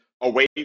away